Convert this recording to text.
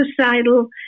suicidal